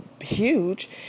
huge